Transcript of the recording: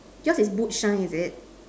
yours is boot shine is it